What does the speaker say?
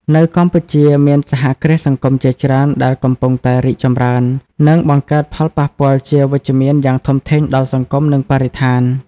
នៅកម្ពុជា មានសហគ្រាសសង្គមជាច្រើនដែលកំពុងតែរីកចម្រើន និងបង្កើតផលប៉ះពាល់ជាវិជ្ជមានយ៉ាងធំធេងដល់សង្គម និងបរិស្ថាន ។